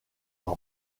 par